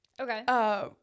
okay